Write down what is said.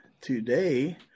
today